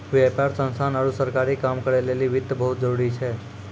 व्यापार संस्थान आरु सरकारी काम करै लेली वित्त बहुत जरुरी छै